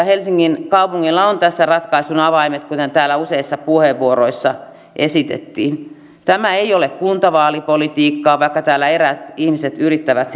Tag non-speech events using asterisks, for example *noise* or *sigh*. *unintelligible* helsingin kaupungilla on tässä ratkaisun avaimet kuten täällä useissa puheenvuoroissa esitettiin tämä ei ole kuntavaalipolitiikkaa vaikka täällä eräät ihmiset yrittävät *unintelligible*